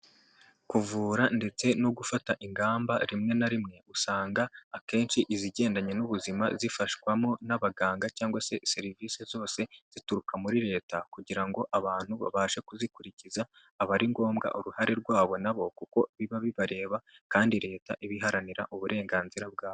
Kuvura ndetse no gufata ingamba rimwe na rimwe, usanga akenshi izigendanye n'ubuzima zifashwamo n'abaganga cyangwa se serivisi zose zituruka muri Leta kugira ngo abantu babashe kuzikurikiza, aba ari ngombwa uruhare rwabo nabo kuko biba bibareba kandi Leta iba iharanira uburenganzira bwabo.